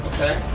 Okay